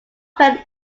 pen